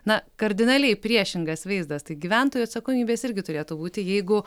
na kardinaliai priešingas vaizdas tai gyventojų atsakomybės irgi turėtų būti jeigu